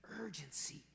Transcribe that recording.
urgency